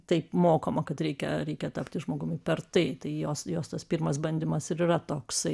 taip mokoma kad reikia reikia tapti žmogumi per tai tai jos jos tas pirmas bandymas ir yra toksai